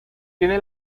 tiene